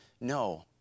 No